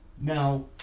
now